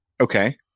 Okay